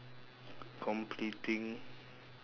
completing